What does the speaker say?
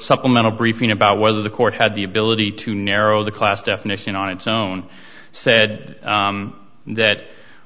supplement a briefing about whether the court had the ability to narrow the class definition on its own said that